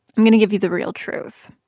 i'm going to give you the real truth.